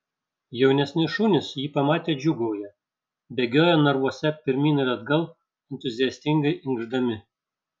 jaunesni šunys jį pamatę džiūgauja bėgioja narvuose pirmyn ir atgal entuziastingai inkšdami